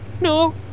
No